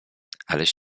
aleś